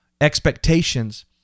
expectations